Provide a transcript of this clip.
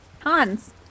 Hans